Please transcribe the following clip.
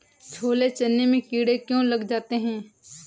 छोले चने में कीड़े क्यो लग जाते हैं?